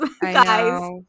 guys